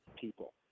people